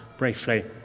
briefly